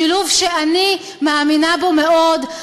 שילוב שאני מאמינה בו מאוד,